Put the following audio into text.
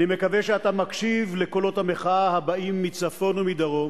אני מקווה שאתה מקשיב לקולות המחאה הבאים מצפון ומדרום,